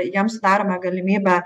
jiem sudarome galimybę